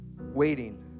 waiting